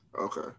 Okay